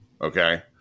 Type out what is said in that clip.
Okay